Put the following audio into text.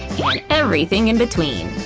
like everything in between!